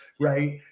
right